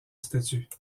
statut